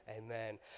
Amen